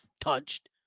touched